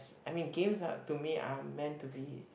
I mean games are to me are meant to be